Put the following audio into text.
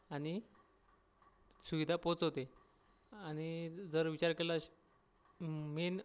आणि सुविधा पोचवते आणि जर विचार केलाच मेन